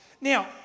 Now